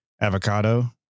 avocado